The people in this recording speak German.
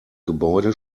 gebäude